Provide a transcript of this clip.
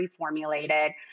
reformulated